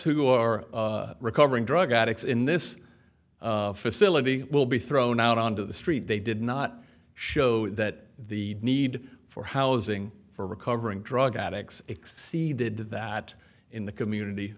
who are recovering drug addicts in this facility will be thrown out onto the street they did not show that the need for housing for recovering drug addicts exceeded that in the community